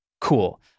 cool